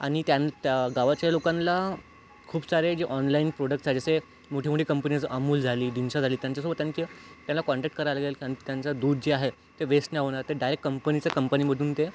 आणि त्या गावाच्या लोकांना खूप सारे जे ऑनलाईन प्रोडक्टस् आहे जसे मोठे मोठे कंपनीज अमूल झाली दिनशॉ झाली त्यांच्यासोबत त्यांचे त्यांना कॉन्टॅक्ट करायला लागेल अन त्यांचं दूध जे आहे ते वेस्ट नाही होणार ते डायरेक्ट कंपनीचं कंपनीमधून ते